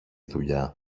δουλειά